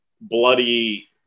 bloody